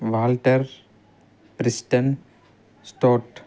Walter Preston Stott